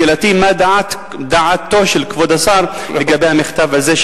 שאלתי: מה דעתו של כבוד השר לגבי המכתב הזה,